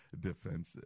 defensive